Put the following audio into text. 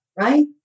Right